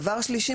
דבר שלישי,